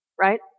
right